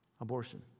Abortion